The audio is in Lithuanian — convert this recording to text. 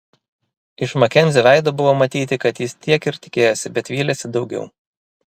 iš makenzio veido buvo matyti kad jis tiek ir tikėjosi bet vylėsi daugiau